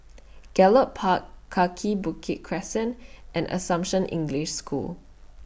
Gallop Park Kaki Bukit Crescent and Assumption English School